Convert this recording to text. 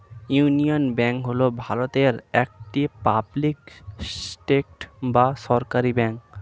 union Bank হল ভারতের একটি পাবলিক সেক্টর বা সরকারি ব্যাঙ্ক